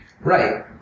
Right